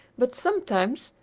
but sometimes,